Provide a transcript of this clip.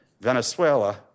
Venezuela